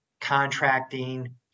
contracting